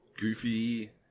goofy